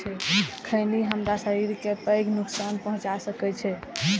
खैनी हमरा शरीर कें पैघ नुकसान पहुंचा सकै छै